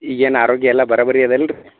ಈಗೇನು ಆರೋಗ್ಯ ಎಲ್ಲ ಬರಾಬರಿ ಅದ ಅಲ್ರಿ